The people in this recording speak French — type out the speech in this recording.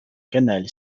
canal